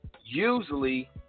usually